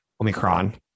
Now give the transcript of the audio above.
Omicron